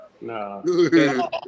No